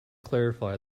clarify